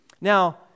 Now